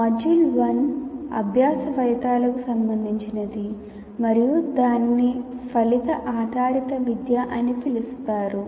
module 1 అభ్యాస ఫలితాలకు సంబంధించినది మరియు దానిని ఫలిత ఆధారిత విద్య అని పిలుస్తారు